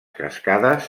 cascades